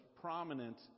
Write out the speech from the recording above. prominent